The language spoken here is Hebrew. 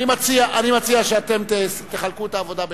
אני מציע שתחלקו את העבודה ביניכם.